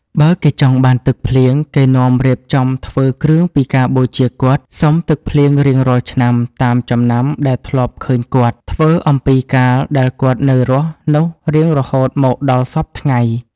បើគេចង់ បានទឹកភ្លៀង គេនាំរៀបចំធ្វើគ្រឿងពីការបូជាគាត់សុំទឹកភ្លៀងរៀងរាល់ឆ្នាំ តាមចំណាំដែលធ្លាប់ឃើញគាត់ ធ្វើអំពីកាលដែលគាត់នៅរស់នោះរៀងរហូតមកដល់សព្វថ្ងៃ ។